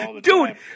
Dude